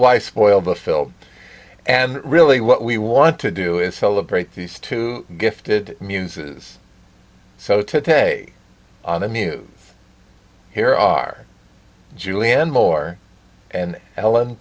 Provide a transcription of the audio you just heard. why spoil the film and really what we want to do is celebrate these two gifted muses so today on the news here are julianne moore and ellen